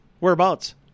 Whereabouts